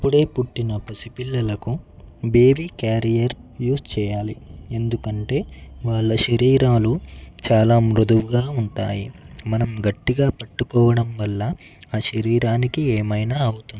అప్పుడే పుట్టిన పసిపిల్లలకు బేబీ క్యారియర్ యూజ్ చేయాలి ఎందుకంటే వాళ్ళ శరీరాలు చాలా మృదువుగా ఉంటాయి మనం గట్టిగా పట్టుకోవడం వల్ల ఆ శరీరానికి ఏమైనా అవుతుంది